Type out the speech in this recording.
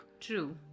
True